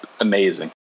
amazing